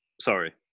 Sorry